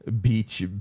beach